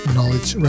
Knowledge